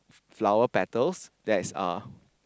flower petals that is uh